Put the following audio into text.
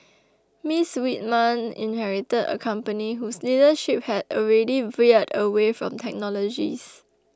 Miss Whitman inherited a company whose leadership had already veered away from technologists